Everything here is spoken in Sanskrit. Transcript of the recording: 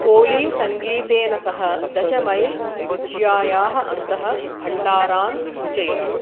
ओली सङ्गीतेन सह दशमैल्त्रिज्यायाः अन्तः भण्डारान् सूचयतु